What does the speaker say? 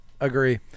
agree